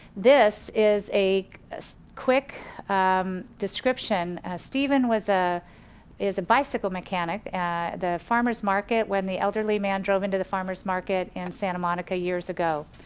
this is a quick um description steven was ah a bicycle mechanic at the farmer's market when the elderly man drove into the farmer's market in santa monica years ago.